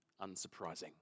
unsurprising